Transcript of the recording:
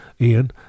Ian